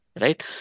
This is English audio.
right